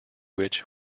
which